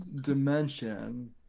dimension